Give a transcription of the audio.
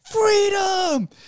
freedom